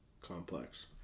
complex